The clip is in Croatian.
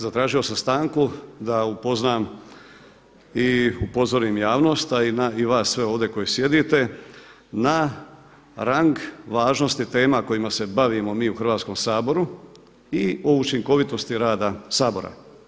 Zatražio sam stanku da upoznam i upozorim javnost, a i vas sve ovdje koji sjedite na rang važnosti tema kojima se bavimo mi u Hrvatskom saboru i učinkovitosti rada Sabora.